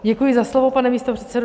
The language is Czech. Děkuji za slovo, pane místopředsedo.